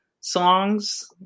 songs